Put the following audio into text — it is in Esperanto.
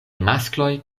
maskloj